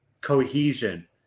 cohesion